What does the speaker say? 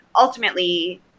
ultimately